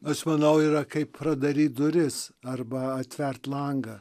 aš manau yra kaip pradaryt duris arba atvert langą